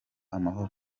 amahoro